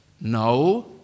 no